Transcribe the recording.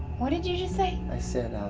what did you just say? i said